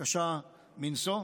קשה מנשוא.